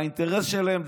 האינטרס שלהם,